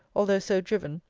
although so driven,